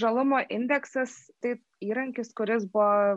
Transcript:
žalumo indeksas tai įrankis kuris buvo